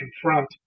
confront